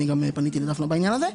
אני גם פניתי לדפנה בעניין הזה.